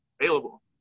available